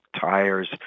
tires